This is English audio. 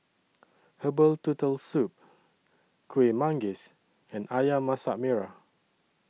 Herbal Turtle Soup Kuih Manggis and Ayam Masak Merah